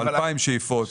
כ-2,000 שאיפות.